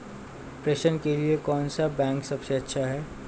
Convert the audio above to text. प्रेषण के लिए कौन सा बैंक सबसे अच्छा है?